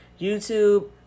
YouTube